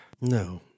No